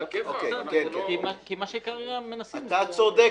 אתה צודק.